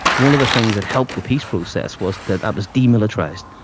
one of the things that helped the peace process was that that was demilitarised,